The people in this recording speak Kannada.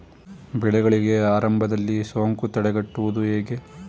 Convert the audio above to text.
ಬೆಳೆಗಳಿಗೆ ಆರಂಭದಲ್ಲಿ ಸೋಂಕು ತಡೆಗಟ್ಟುವುದು ಹೇಗೆ?